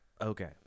Okay